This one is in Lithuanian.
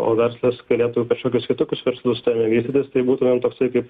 o verslas galėtų kažkokius kitokius verslus ten vystytis tai būtumėm toksai kaip